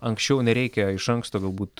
anksčiau nereikia iš anksto galbūt